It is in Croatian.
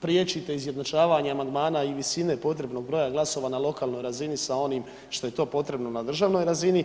priječite izjednačavanje amandmana i visine potrebnog broja glasova na lokalnoj razini sa onim što je to potrebno na državnoj razini.